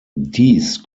dies